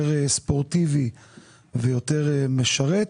יותר ספורטיבי ויותר משרת,